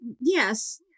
yes